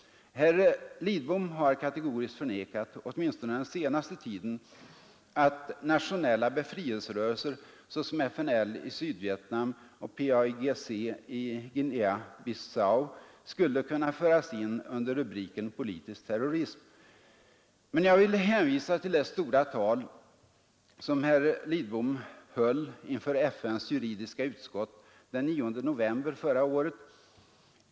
Herr Lidbom har kategoriskt förnekat, åtminstone den senaste tiden, att nationella befrielserörelser såsom FNL i Sydvietnam och PAIGC i Guinea-Bissau skulle kunna föras in under rubriken Politisk terrorism. Men jag vill hänvisa till det stora tal som herr Lidbom höll inför FN:s juridiska utskott den 9 november förra året.